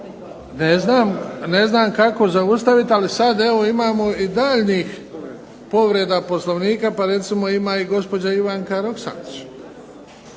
ne znam kako zaustaviti ali sada imamo i daljnjih povreda Poslovnika pa recimo ima i gospođa Ivanka Roksandić.